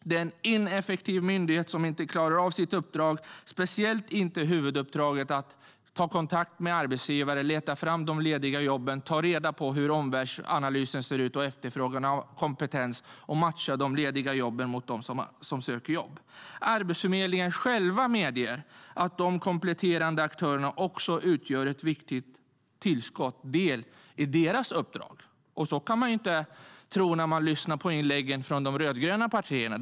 Det är en ineffektiv myndighet som inte klarar av sitt uppdrag, speciellt inte huvuduppdraget att ta kontakt med arbetsgivare, leta fram de lediga jobben, ta reda på hur omvärldsanalysen, efterfrågan och kompetensen ser ut och matcha de lediga jobben mot dem som söker jobb. Arbetsförmedlingen medger själv att de kompletterande aktörerna utgör ett viktigt tillskott i dess uppdrag. Det kan man inte tro när man lyssnar på inläggen från de rödgröna partierna.